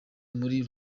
muri